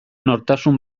nortasun